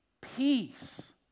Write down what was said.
peace